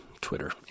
Twitter